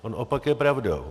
On opak je pravdou.